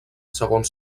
segons